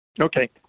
Okay